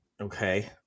Okay